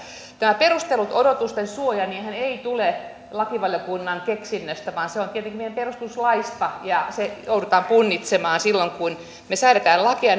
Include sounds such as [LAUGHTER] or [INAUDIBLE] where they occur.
tämä perusteltujen odotusten suojahan ei tule lakivaliokunnan keksinnöstä vaan se on tietenkin meidän perustuslaissa ja sitä joudutaan punnitsemaan silloin kun me säädämme lakeja [UNINTELLIGIBLE]